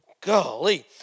golly